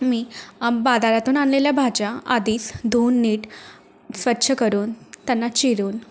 मी बाजारातून आणलेल्या भाज्या आधीच धुवून नीट स्वच्छ करून त्यांना चिरून